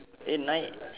eh nine